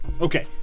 Okay